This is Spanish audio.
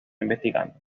investigando